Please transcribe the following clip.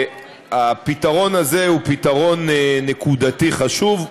הפתרון הזה הוא פתרון נקודתי חשוב,